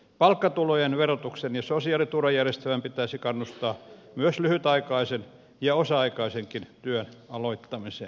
palkkatulojen verotuksen ja sosiaaliturvajärjestelmän pitäisi kannustaa myös lyhytaikaisen ja osa aikaisenkin työn aloittamiseen